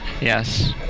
Yes